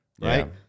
Right